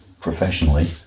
professionally